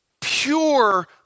pure